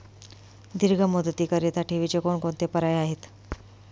दीर्घ मुदतीकरीता ठेवीचे कोणकोणते पर्याय आहेत?